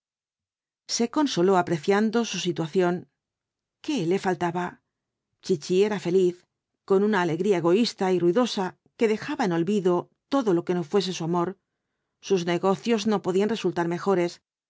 se consoló apreciando su situación qué le faltaba chichi era feliz con una alegría egoísta y ruidosa que dejaba en olvido todo lo que no fuese su amor sus negocios no podían resultar mejores